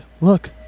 look